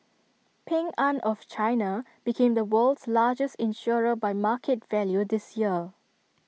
Ping an of China became the world's largest insurer by market value this year